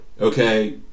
okay